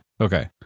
Okay